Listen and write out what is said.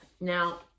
now